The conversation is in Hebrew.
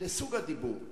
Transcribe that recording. לסוג הדיבור,